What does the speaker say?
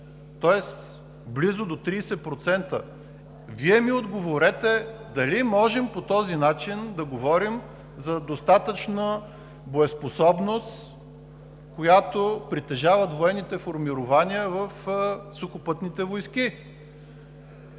тоест близо до 30%. Вие ми отговорете дали можем по този начин да говорим за достатъчна боеспособност, която притежават военните формирования в Сухопътните войски.